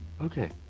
Okay